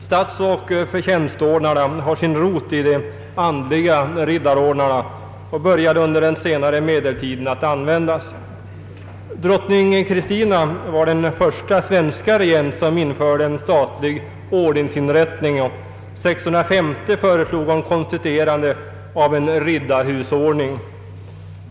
Statsoch förtjänstordnarna har sin rot i de andliga riddarordnarna och började användas under den senare medeltiden. Drottning Kristina var den första svenska regent som införde en statlig ordensinrättning. År 1650 föreslog hon konstituerande av en riddarhusordning.